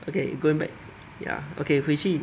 okay going back ya okay 回去